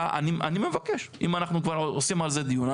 אני מבקש, אם אנחנו כבר עושים על זה דיון.